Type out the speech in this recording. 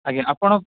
ଆଜ୍ଞା ଆପଣ